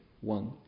One